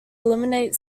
eliminate